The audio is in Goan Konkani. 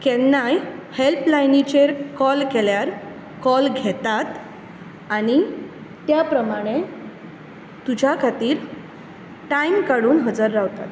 केन्नाय हॅल्प लायनीचेर काॅल केल्यार काॅल घेतात आनी त्या प्रमाणे तुज्या खातीर टायम काडून हजर रावतात